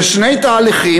אלו שני תהליכים.